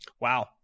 Wow